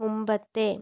മുമ്പത്തെ